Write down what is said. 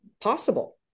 possible